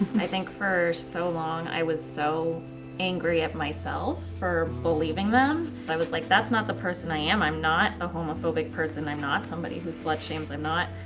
i think for so long i was so angry at myself for believing them. i was like, that's not the person i am. i'm not a homophobic person. i'm not somebody who slut shames. i'm not.